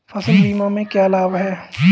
फसल बीमा के क्या लाभ हैं?